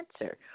answer